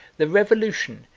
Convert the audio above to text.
the revolution,